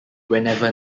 whenever